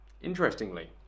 interestingly